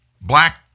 black